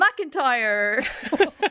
McIntyre